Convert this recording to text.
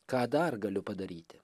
ką dar galiu padaryti